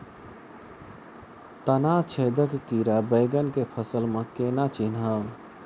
तना छेदक कीड़ा बैंगन केँ फसल म केना चिनहब?